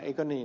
eikö niin